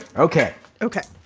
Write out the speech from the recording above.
okay. okay.